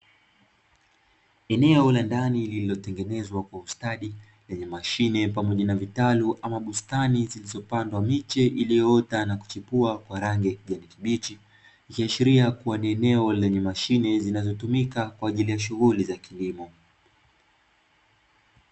Eneo la ndani lililotengenezwa kwa ustadi lenye mashine pamoja na vitalu ama bustani, zilizopandwa miche iliyoota na kuchipua kwa rangi ya kijani kibichi. Likiashiri kuwa eneo lenye mashine zinazotumika kwa ajili ya shughuli za kilimo.